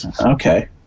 okay